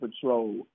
patrol